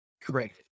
Correct